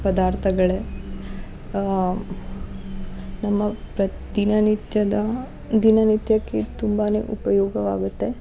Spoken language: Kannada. ಪದಾರ್ಥಗಳೆ ನಮ್ಮ ಪ್ರತಿ ದಿನನಿತ್ಯದ ದಿನನಿತ್ಯಕ್ಕೆ ತುಂಬಾನೇ ಉಪಯೋಗವಾಗತ್ತೆ